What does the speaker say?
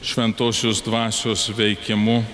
šventosios dvasios veikimu